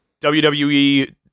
WWE